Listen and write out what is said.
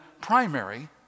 primary